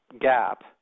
gap